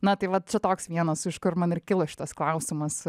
na tai va čia toks vienas iš kur man ir kilo šitas klausimas